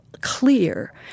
clear